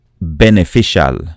beneficial